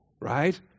right